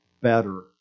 better